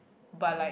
but like